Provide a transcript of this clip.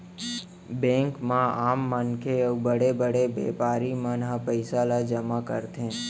bank म आम मनखे अउ बड़े बड़े बेपारी मन ह पइसा ल जमा करथे